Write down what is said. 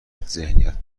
ذهنیت